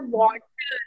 water